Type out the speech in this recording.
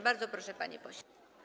Bardzo proszę, panie pośle.